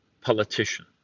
politician